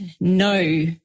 no